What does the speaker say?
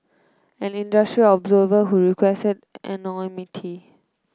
an industry observer who requested anonymity